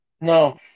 no